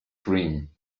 dream